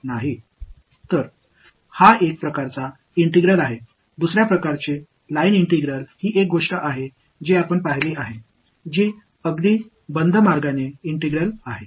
எனவே இது ஒரு வகையான இன்டெக்ரால்ஸ் மற்ற வகை லைன் இன்டெக்ரால்ஸ்என்பது நாம் பார்த்த ஒன்று இது ஒரு மூடிய பாதையைச் சுற்றியுள்ள இன்டெக்ரால்ஸ் ஆகும்